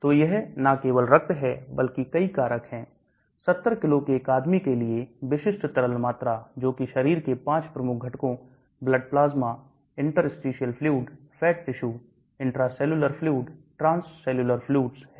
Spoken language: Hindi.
तो यह ना केवल रक्त है बल्कि कई कारक है 70 किलो के एक आदमी के लिए विशिष्ट तरल मात्रा जो कि शरीर के 5 प्रमुख घटकों blood plasma interstitial fluid fat tissue intracellular fluids transcellular fluids है